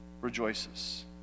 rejoices